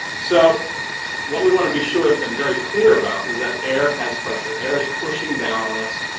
so what we want to be sure, and very clear about is that air has pressure. air is pushing down on us,